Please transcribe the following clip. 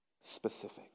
specific